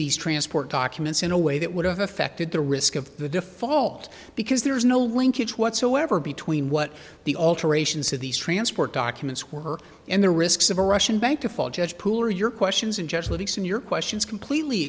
these transport documents in a way that would have affected the risk of the default because there is no linkage whatsoever between what the alterations to these transport documents were and the risks of a russian bank to fall judge pooler your questions and just letting some your questions completely